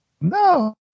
No